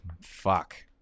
fuck